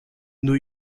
new